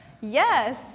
Yes